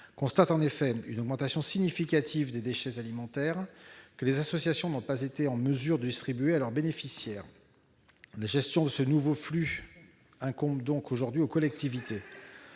constatent en effet une augmentation significative des déchets alimentaires que les associations n'ont pas été en mesure de distribuer à leurs bénéficiaires. La gestion de ce nouveau flux de déchets incombe donc aujourd'hui aux collectivités.